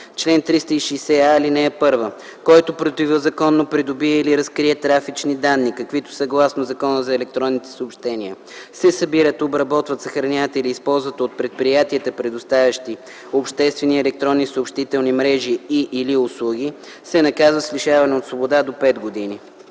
„Чл. 360а. (1) Който противозаконно придобие или разкрие трафични данни, каквито съгласно Закона за електронните съобщения се събират, обработват, съхраняват или използват от предприятията, предоставящи обществени електронни съобщителни мрежи и/или услуги, се наказва с лишаване от свобода до пет години.